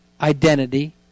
identity